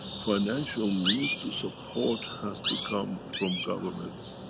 financial means to support has to come from governments.